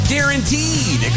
Guaranteed